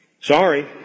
Sorry